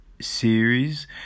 series